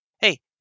Hey